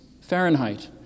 Fahrenheit